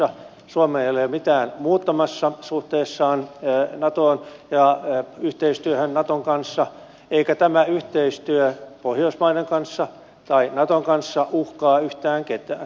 suomi ei ole mitään muuttamassa suhteessaan natoon ja yhteistyöhön naton kanssa eikä yhteistyö pohjoismaiden kanssa tai naton kanssa uhkaa yhtään ketään